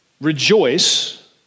rejoice